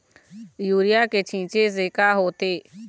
Urea के छींचे से का होथे?